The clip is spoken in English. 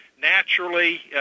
Naturally